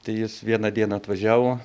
tai jis vieną dieną atvažiavo